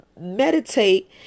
meditate